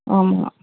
ஆமாம்